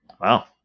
wow